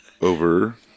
over